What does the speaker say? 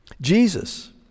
Jesus